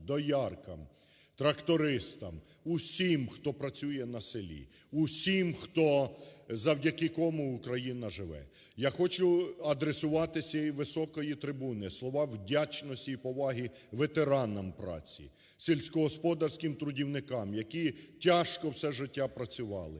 дояркам, трактористам, усім, хто працює на селі, усім, хто, завдяки кому Україна живе. Я хочу адресувати з цієї високої трибуни слова вдячності і поваги ветеранам праці, сільськогосподарським трудівникам, які тяжко все життя працювали